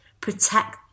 protect